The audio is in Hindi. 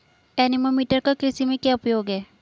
एनीमोमीटर का कृषि में क्या उपयोग है?